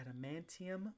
Adamantium